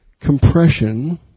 compression